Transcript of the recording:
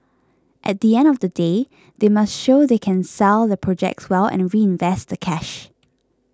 at the end of the day they must show they can sell their projects well and reinvest the cash